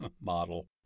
model